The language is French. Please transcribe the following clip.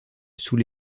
sous